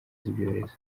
z’ibyorezo